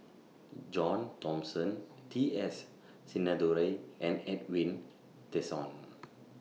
John Thomson T S Sinnathuray and Edwin Tessensohn